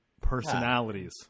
personalities